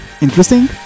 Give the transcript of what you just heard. interesting